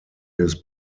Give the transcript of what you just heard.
his